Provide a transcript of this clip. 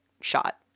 shot